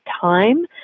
time